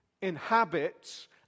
inhabits